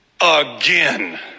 again